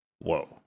Whoa